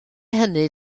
hynny